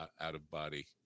out-of-body